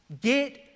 Get